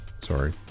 Sorry